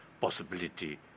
possibility